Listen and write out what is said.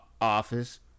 Office